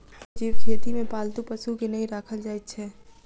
वन्य जीव खेती मे पालतू पशु के नै राखल जाइत छै